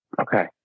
Okay